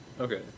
Okay